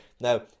Now